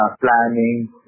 planning